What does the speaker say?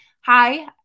Hi